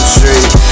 Street